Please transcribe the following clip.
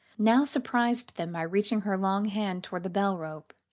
now surprised them by reaching her long hand toward the bell-rope.